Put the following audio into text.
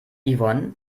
yvonne